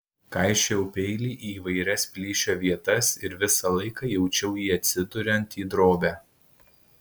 kaišiojau peilį į įvairias plyšio vietas ir visą laiką jaučiau jį atsiduriant į drobę